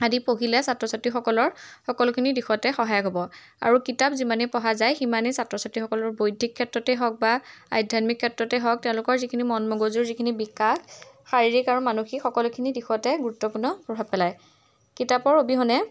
আদি পঢ়িলে ছাত্ৰ ছাত্ৰীসকলৰ সকলোখিনি দিশতে সহায় হ'ব আৰু কিতাপ যিমানেই পঢ়া যায় সিমানেই ছাত্ৰ ছাত্ৰীসকলৰ বৌদ্ধিক ক্ষেত্ৰতে হওক বা আধ্যাত্মিক ক্ষেত্ৰতে হওক তেওঁলোকৰ যিখিনি মন মগজুৰ যিখিনি বিকাশ শাৰীৰিক আৰু মানসিক সকলোখিনি দিশতে গুৰুত্বপূৰ্ণ প্ৰভাৱ পেলায় কিতাপৰ অবিহনে